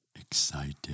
Excited